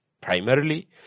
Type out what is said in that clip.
Primarily